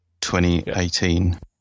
2018